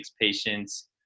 patients